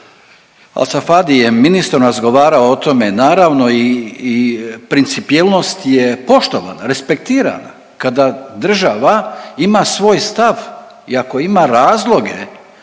Al Safadiem ministrom razgovarao o tome naravno i principijelnost je poštovana respektirana kada država ima svoj stav i ako ima razloge